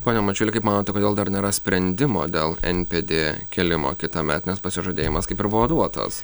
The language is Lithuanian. pone mačiuli kaip manote kodėl dar nėra sprendimo dėl npd kėlimo kitąmet nes pasižadėjimas kaip ir buvo duotas